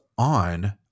on